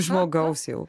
žmogaus jau